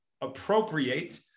appropriate